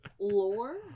Lore